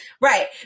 Right